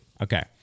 Okay